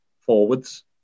forwards